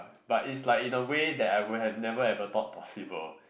but is like in a way that I would have never ever thought possible